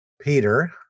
Peter